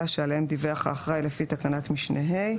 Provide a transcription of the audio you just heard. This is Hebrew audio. שעליהם דיווח האחראי לפי תקנת משנה (ה),